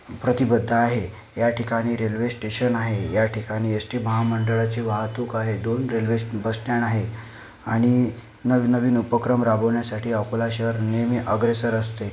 प्रतिबद्ध आहे या ठिकाणी रेल्वे स्टेशन आहे या ठिकाणी एस टी महामंडळाची वाहतूक आहे दोन रेल्वे बसस्टँड आहे आणि नवनवीन उपक्रम राबवण्यासाठी अकोला शहर नेहमी अग्रेसर असते